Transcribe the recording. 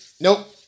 nope